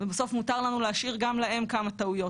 ומותר לנו להשאיר גם להם כמה טעויות,